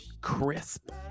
crisp